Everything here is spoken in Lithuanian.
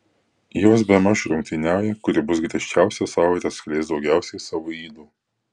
jos bemaž rungtyniauja kuri bus griežčiausia sau ir atskleis daugiausiai savo ydų